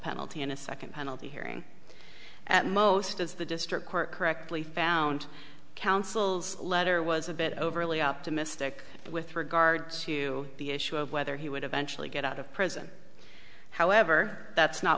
penalty in a second penalty hearing at most as the district court correctly found counsel's letter was a bit overly optimistic with regard to the issue of whether he would eventually get out of prison however that's not